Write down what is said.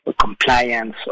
compliance